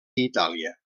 itàlia